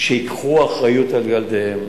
שייקחו אחריות על ילדיהם.